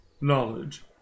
knowledge